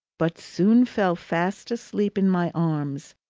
but soon fell fast asleep in my arms,